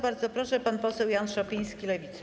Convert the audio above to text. Bardzo proszę, pan poseł Jan Szopiński, Lewica.